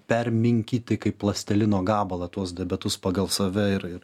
perminkyti kaip plastilino gabalą tuos debatus pagal save ir ir